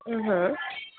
آ ہاں